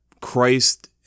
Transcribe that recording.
Christ